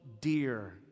dear